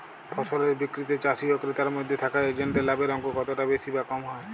ফসলের বিক্রিতে চাষী ও ক্রেতার মধ্যে থাকা এজেন্টদের লাভের অঙ্ক কতটা বেশি বা কম হয়?